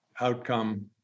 outcome